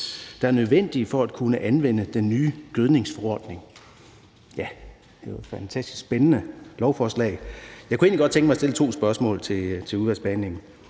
der er nødvendige for at kunne anvende den nye gødningsforordning«. Ja, det er et fantastisk spændende lovforslag. Jeg kunne egentlig godt tænke mig at stille to spørgsmål til udvalgsbehandlingen: